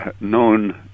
known